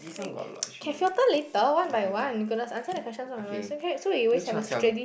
can filter later one by one we gonna answer the question one by one so can so we always have a steady